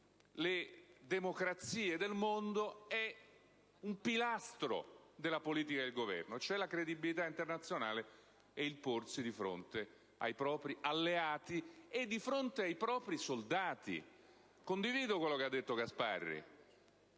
le democrazie del mondo è un pilastro della politica del Governo, cioè la credibilità internazionale e il porsi di fronte ai propri alleati e ai propri soldati. Condivido quanto detto dal senatore Gasparri.